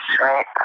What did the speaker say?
right